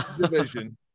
division